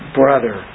brother